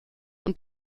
und